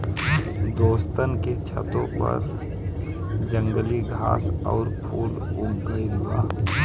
दोस्तन के छतों पर जंगली घास आउर फूल उग गइल बा